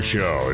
Show